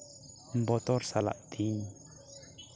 ᱵᱚᱛᱚᱨ ᱥᱟᱞᱟᱜ ᱛᱤᱧ